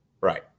Right